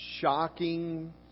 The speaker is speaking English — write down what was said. shocking